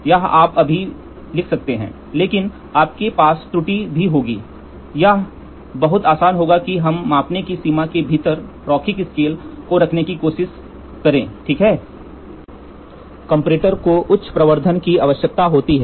यहां आप अभी भी लिख सकते हैं लेकिन आपके पास त्रुटि भी होंगी यहां यह बहुत आसान होगा कि हम मापने की सीमा के भीतर रैखिक स्केल को रखने की कोशिश कर रहे हैं ठीक है कंपैरेटर को उच्च प्रवर्धन की आवश्यकता होती है